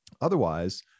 otherwise